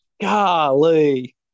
Golly